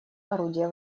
орудия